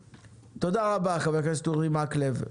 תודה רבה חבר הכנסת אורי מקלב.